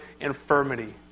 infirmity